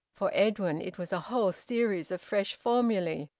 for edwin, it was a whole series of fresh formulae,